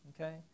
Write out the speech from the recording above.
Okay